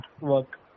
work